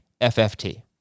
FFT